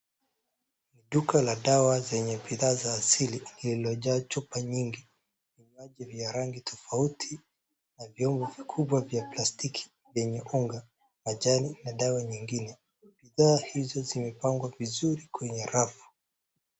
Ni duka la dawa zenye bidhaa za asili lililojaa chupa nyingi. Vinywaji vya rangi tofauti na vyombo vikubwa za plastiki vyenye unga, majani na dawa nyingine. Bidhaa hizo zimepangwa vizuri kwenye rafu.